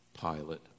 Pilate